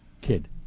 kid